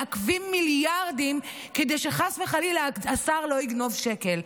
מעכבים מיליארדים כדי שחס וחלילה השר לא יגנוב שקל.